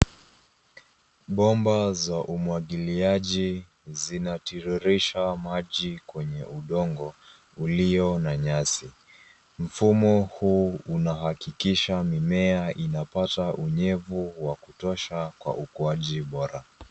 Bomba za umwagiliaji zinatiririsha maji kwenye udongo ulio na nyasi. Mfumo huu unahakikisha mimea inapata unyevu wa kutosha kwa ukuaji bora.